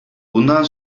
bundan